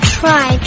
try